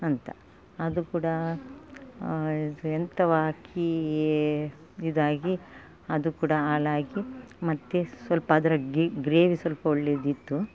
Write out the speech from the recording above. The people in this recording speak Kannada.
ಅಂತ ಅದು ಕೂಡ ಎಂಥ ಅಕ್ಕಿ ಇದಾಗಿ ಅದು ಕೂಡ ಹಾಳಾಗಿ ಮತ್ತೆ ಸ್ವಲ್ಪ ಅದ್ರ ಗ್ರೇವಿ ಸ್ವಲ್ಪ ಒಳ್ಳೇದಿತ್ತು